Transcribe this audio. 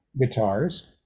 guitars